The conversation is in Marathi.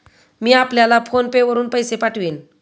मी आपल्याला फोन पे वरुन पैसे पाठवीन